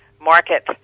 market